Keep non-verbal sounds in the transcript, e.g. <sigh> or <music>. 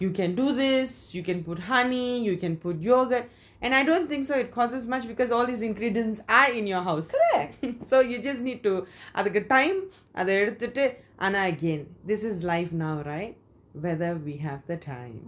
you can do this you can put honey you can put yogurt and I don't think so it costs much because all these ingredients are in your house <laughs> so you just need to அதுக்கு:athuku time எடுத்துட்டு:eaduthutu this is like now right whether we have the time